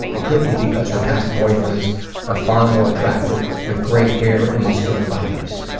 it could be because her past boyfriends are far more attractive, with great hair and muscular bodies.